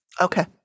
Okay